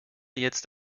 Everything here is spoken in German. jetzt